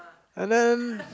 and then